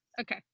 Okay